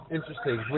Interesting